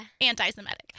anti-Semitic